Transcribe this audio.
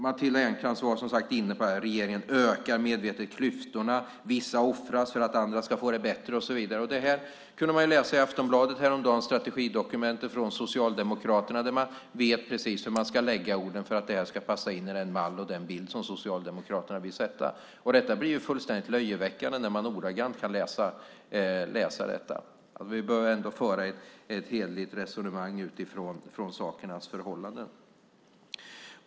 Matilda Ernkrans var inne på att regeringen medvetet ökar klyftorna, vissa offras för att andra ska få det bättre och så vidare. Det kunde man läsa i strategidokumentet från Socialdemokraterna i Aftonbladet häromdagen. Man vet precis hur man ska lägga orden för att det ska passa in i den mall och den bild som Socialdemokraterna vill sätta upp. Detta blir fullständigt löjeväckande när man ordagrant kan läsa det. Vi bör ändå föra ett hederligt resonemang utifrån sakernas förhållanden.